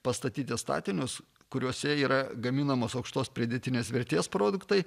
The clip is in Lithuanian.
pastatyti statinius kuriuose yra gaminamos aukštos pridėtinės vertės produktai